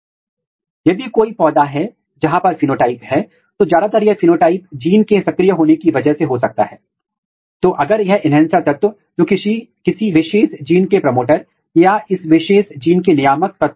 यहां एक बहुत अच्छा उदाहरण है जहां उन जीनों या रेखाओं की पहचान की गई है जो या तो पंखुड़ी या पुंकेसर दिखाती हैं और उनमें से कुछ को पंखुड़ी और पुंकेसर दोनों में व्यक्त किया जाता है